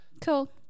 Cool